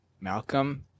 Malcolm